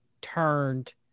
turned